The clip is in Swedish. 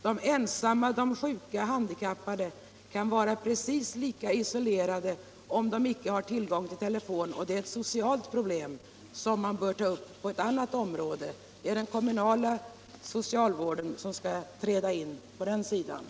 De ensamma, sjuka och handikappade kan +— även om portarna är låsta — vara precis lika isolerade om de inte har tillgång till telefon. Men det är ett socialt problem, som bör tas upp på ett annat område. Det är den kommunala socialvården som skall träda in i det fallet.